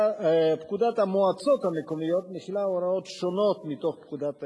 פקודת המועצות המקומיות מכילה הוראות שונות מתוך פקודת העיריות,